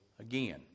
Again